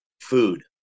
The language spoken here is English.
food